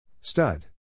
Stud